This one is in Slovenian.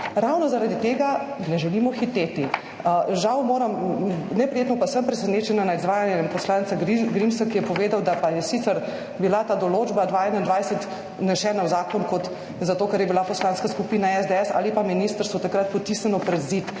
Ravno zaradi tega ne želimo hiteti. Žal moram, neprijetno pa sem presenečena nad izvajanjem poslanca Grimsa, ki je povedal, da pa je sicer bila ta določba 2021 vnesena v zakon, zato ker je bila poslanska skupina SDS ali pa ministrstvo takrat potisnjeno pred zid.